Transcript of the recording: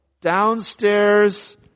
downstairs